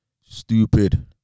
stupid